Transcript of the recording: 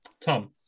Tom